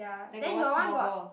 then got one small girl